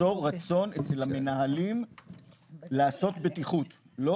ליצור אצל המנהלים רצון לעשות בטיחות לא